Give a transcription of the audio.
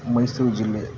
ಮೈಸೂರು ಜಿಲ್ಲೆ